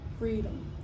freedom